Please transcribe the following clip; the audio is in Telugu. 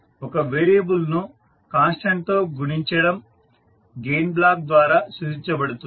ఒక వేరియబుల్ ను కాన్స్టెంట్ తో గుణించడం గెయిన్ బ్లాక్ ద్వారా సూచించబడుతుంది